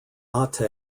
ate